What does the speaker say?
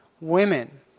women